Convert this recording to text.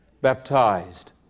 baptized